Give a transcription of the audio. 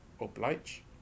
oblige